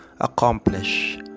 accomplish